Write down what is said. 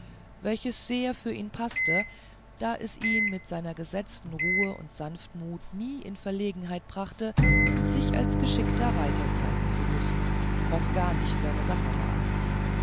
welches sehr für ihn paßte da es ihn mit seiner gesetzten ruhe und sanftmut nie in verlegenheit brachte sich als geschickten reiter zeigen zu müssen was gar nicht seine sache war